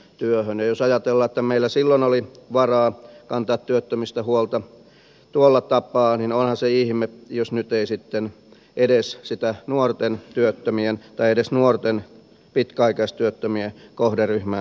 jos ajatellaan että meillä silloin oli varaa kantaa työttömistä huolta tuolla tapaa niin onhan se ihme jos nyt ei sitten edes sitä nuorten työttömien tai edes nuorten pitkäaikaistyöttömien kohderyhmää pystytä hoitamaan paremmin